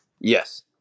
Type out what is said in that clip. Yes